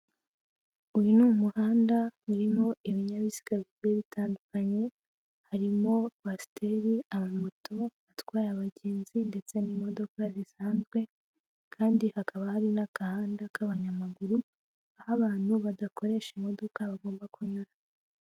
Uyu ni umuhanda urimo ibinyabiziga bigiye bitandukanye, harimo kwasiteri amamoto atwaye abagenzi ndetse n'imodoka zisanzwe kandi hakaba hari n'agahanda k'abanyamaguru aho abantu badakoresha imodoka bagomba kunyura.